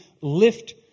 lift